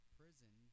prison